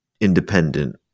independent